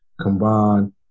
combine